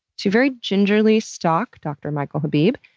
to very gingerly stalk dr. michael habib,